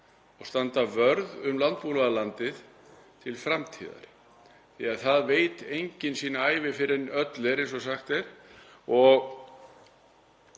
og standi vörð um landbúnaðarland til framtíðar því að það veit enginn sína ævi fyrr en öll er, eins og sagt er.